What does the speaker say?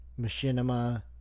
machinima